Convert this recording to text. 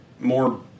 more